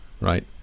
right